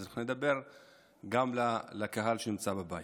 נדבר גם לקהל שנמצא בבית.